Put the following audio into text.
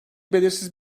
belirsiz